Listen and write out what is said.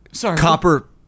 Copper